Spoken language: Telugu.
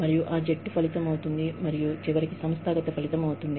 మరియు అది జట్టు ఫలితం మరియు చివరికి సంస్థాగత ఫలితం అవుతుంది